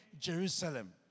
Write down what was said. Jerusalem